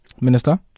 minister